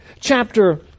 chapter